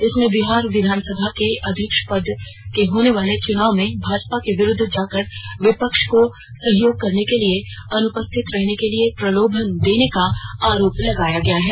इसमें बिहार विधानसभा में अध्यक्ष पद के होने वाले चुनाव में भाजपा के विरुद्ध जाकर विपक्ष को सहयोग करने के लिए अनुपस्थित रहने के लिए प्रलोभन देने का आरोप लगाया है